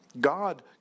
God